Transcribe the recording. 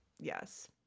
yes